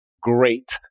great